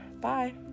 Bye